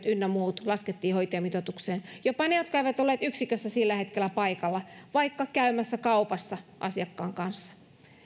ynnä muut laskettiin hoitajamitoitukseen jopa ne jotka eivät olleet yksikössä sillä hetkellä paikalla vaikka käymässä kaupassa asiakkaan kanssa